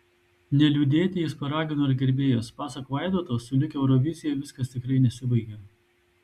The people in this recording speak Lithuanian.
neliūdėti jis paragino ir gerbėjus pasak vaidoto sulig eurovizija viskas tikrai nesibaigia